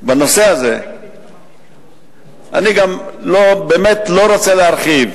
בנושא הזה אני באמת לא רוצה להרחיב,